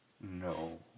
No